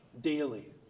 daily